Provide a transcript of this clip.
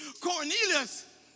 Cornelius